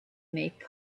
make